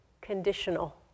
conditional